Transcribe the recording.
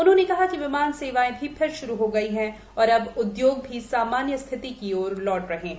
उन्होंने कहा कि विमान सेवाएं भी फिर श्रू हो गई है और अब उदयोग भी सामानय स्थिति की ओर लौट रहे हैं